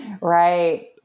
right